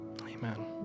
Amen